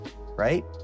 right